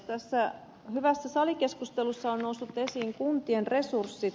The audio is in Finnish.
tässä hyvässä salikeskustelussa on noussut esiin kuntien resurssit